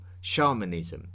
shamanism